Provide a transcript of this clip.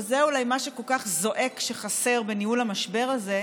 וזה אולי מה שכל כך זועק שחסר בניהול המשבר הזה,